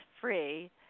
free